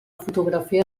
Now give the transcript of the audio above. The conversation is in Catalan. fotografia